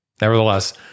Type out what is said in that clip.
nevertheless